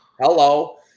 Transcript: Hello